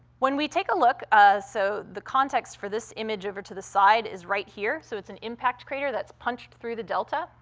when we take a look um so the context for this image over to the side is right here, so it's an impact crater that's punched through the delta.